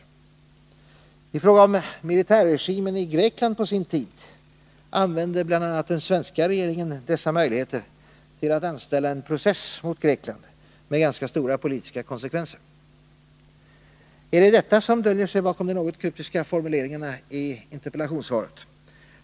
Under den grekiska militärregimens tid använde bl.a. den svenska regeringen dessa möjligheter till att anställa en process mot Grekland med ganska stora politiska konsekvenser. Är det detta som döljer sig bakom de något kryptiska formuleringarna i interpellationssvaret?